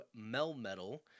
Melmetal